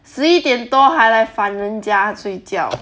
十一点多还来烦人家睡觉